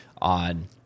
on